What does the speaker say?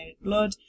blood